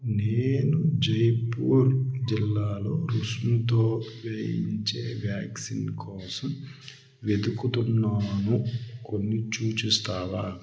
నేను జైపూర్ జిల్లాలో రుసుముతో వేయించే వ్యాక్సిన్ కోసం వెతుకుతున్నాను కొన్ని సూచిస్తావా